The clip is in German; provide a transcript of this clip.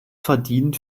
verdient